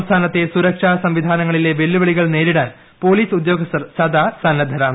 സംസ്ഥാനത്തെ സുരക്ഷാ സംവിധാനങ്ങളിലെ വെല്ലൂവിളികൾ നേരിടാൻ പൊലീസ് ഉദ്യോഗസ്ഥർ സദാ സന്നദ്ധിരാണ്